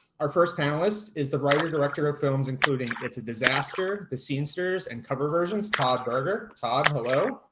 our first panelist is the writer-directr of films including, it's a disaster the scenesters and cover versions todd berger. todd, hello.